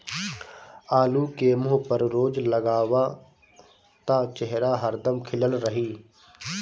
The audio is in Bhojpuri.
आलू के मुंह पर रोज लगावअ त चेहरा हरदम खिलल रही